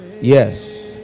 Yes